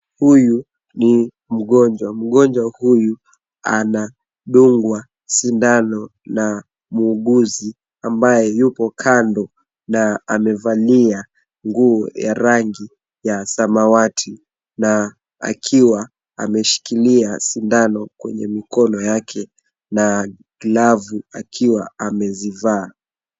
Huyu ni mgonjwa, mgonjwa huyu anadungwa sindano na muuguzi ambaye yuko kando. Na amevalia nguo ya rangi ya samawati na akiwa ameshikilia sindano kwenye mikono yake na glavu akiwa amezivaa.